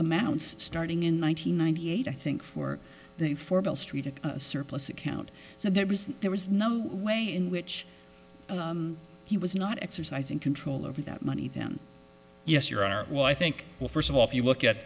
amounts starting in one nine hundred ninety eight i think for the for bill street a surplus account so there was there was no way in which he was not exercising control over that money then yes your honor well i think well first of all if you look at